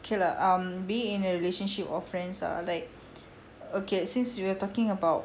okay lah um being in a relationship of friends ah like okay since you are talking about